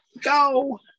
go